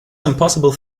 impossible